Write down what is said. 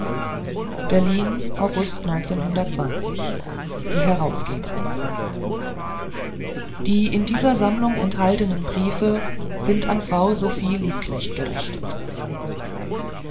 berlin august die herausgeber die in dieser sammlung enthaltenen briefe sind an frau sophie liebknecht gerichtet